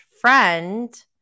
friend